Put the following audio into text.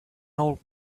old